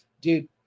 dude